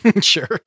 Sure